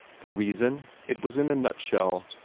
the reason? it was in a nutshell.